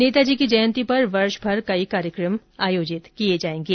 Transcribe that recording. नेताजी की जयंती पर वर्ष भर कई कार्यक्रम आयोजित किए जाएंगे